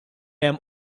hemm